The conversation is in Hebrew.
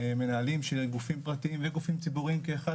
מנהלים של גופים פרטיים וגופים ציבוריים כאחד,